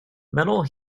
metal